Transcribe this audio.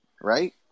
Right